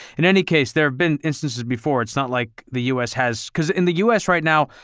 in any case, there have been instances before, it's not like the us has. because in the us right now,